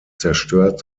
zerstört